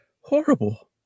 horrible